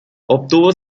obtuvo